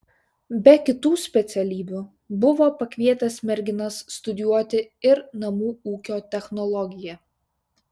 be kitų specialybių buvo pakvietęs merginas studijuoti ir namų ūkio technologiją